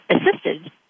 assisted